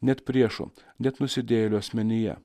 net priešo net nusidėjėlio asmenyje